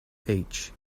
each